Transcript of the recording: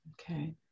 Okay